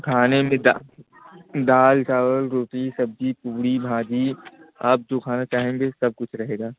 खाने में दाल चावल रोटी सब्जी पूड़ी भाजी आप जो खाना चाहेंगे सब कुछ रहेगा